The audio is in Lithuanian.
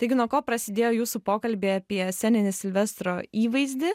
taigi nuo ko prasidėjo jūsų pokalbiai apie sceninį silvestro įvaizdį